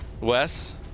Wes